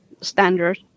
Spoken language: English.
standard